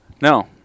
No